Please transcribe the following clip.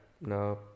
no